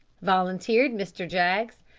volunteered mr. jaggs.